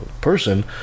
person